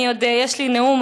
עוד יש לי נאום,